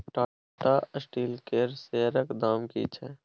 Tata Steel केर शेयरक दाम की छै?